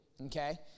Okay